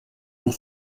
pour